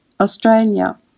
Australia